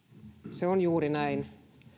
se on juuri näin